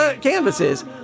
canvases